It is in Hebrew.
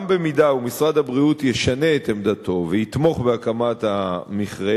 אם משרד הבריאות ישנה את עמדתו ויתמוך בהקמת המכרה,